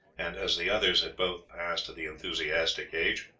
and as the others had both passed the enthusiastic age,